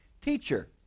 Teacher